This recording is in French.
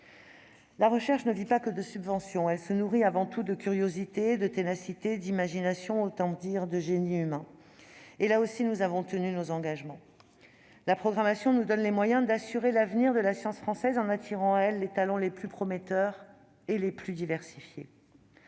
La recherche ne vit pas que de subventions, elle se nourrit avant tout de curiosité, de ténacité, d'imagination, autrement dit de génie humain ; là aussi, nous avons tenu nos engagements. La programmation nous donne les moyens d'assurer l'avenir de la science française, en attirant à elle les talents les plus prometteurs et les plus diversifiés.